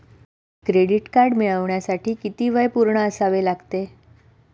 Credit card मिळवण्यासाठी किती वय पूर्ण असावे लागते?